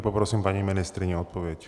Poprosím paní ministryni o odpověď.